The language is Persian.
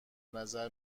نظر